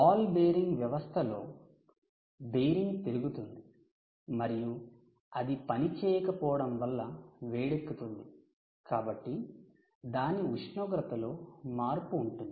ball bearing వ్యవస్థలో bearing తిరుగుతుంది మరియు అది పనిచేయకపోవడం వల్ల వేడెక్కుతుంది కాబట్టి దాని ఉష్ణోగ్రతలో మార్పు ఉంటుంది